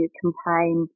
campaign